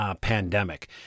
pandemic